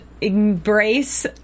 embrace